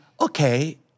okay